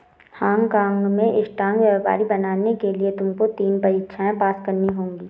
Hong काँग में stock व्यापारी बनने के लिए तुमको तीन परीक्षाएं पास करनी होंगी